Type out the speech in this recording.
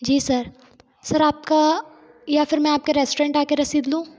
जी sir sir आपका या फिर मैं आपके रेस्टोरेंट में आकर रसीद लूँ